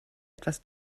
etwas